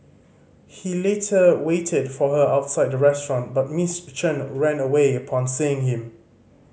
he later waited for her outside the restaurant but Miss Chen ran away upon seeing him